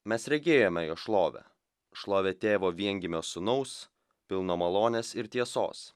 mes regėjome jo šlovę šlovę tėvo viengimio sūnaus pilno malonės ir tiesos